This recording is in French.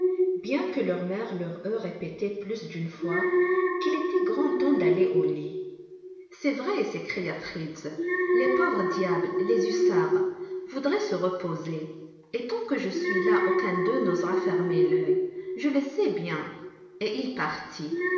bien que leur mère leur eût répété plus d'une fois qu'il était grand temps d'aller au lit c'est vrai s'écria fritz les pauvres diables les hussards voudraient se reposer et tant que je suis là aucun d'eux n'osera fermer l'œil je le sais bien et il partit